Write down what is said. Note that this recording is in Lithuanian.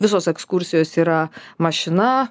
visos ekskursijos yra mašina